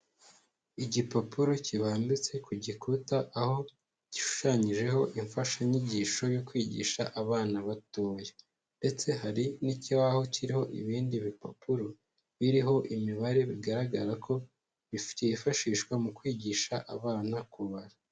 Igipapuro kibambitse ku gikuta aho gishushanyijeho imfashanyigisho yo kwigisha abana batoya ndetse hari n'ikibaho kiriho ibindi bipapuro biriho imibare bigaragara ko bifashishwa mu kwigisha abana kubara.